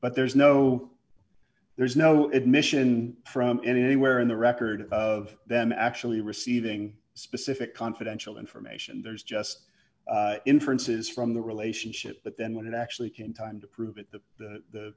but there's no there's no admission from anywhere in the record of them actually receiving specific confidential information there's just inferences from the relationship but then when it actually came time to prove it that the